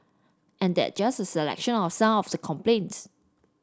and that's just a selection of some of the complaints